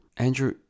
Andrew